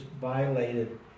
violated